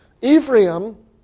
Ephraim